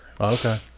Okay